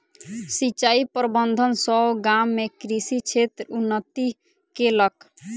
सिचाई प्रबंधन सॅ गाम में कृषि क्षेत्र उन्नति केलक